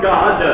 God